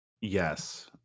Yes